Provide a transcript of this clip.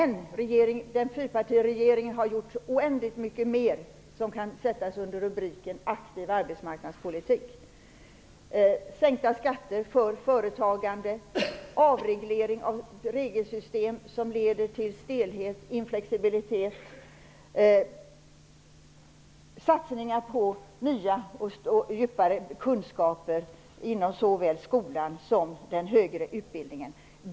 Men fyrpartiregeringen har gjort så oändligt mycket mer som kan införas under rubriken Aktiv arbetsmarknadspolitik: sänkta skatter för företagandet, avreglering av sådana regelsystem som leder till stelhet, inflexibilitet, satsningar på nya och djupare kunskaper inom såväl skolan som den högre utbildningen.